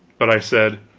but i said